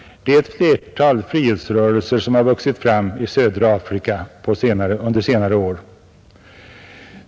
Det är ett flertal frihetsrörelser som har vuxit fram i södra Afrika under senare år.